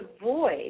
avoid